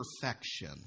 perfection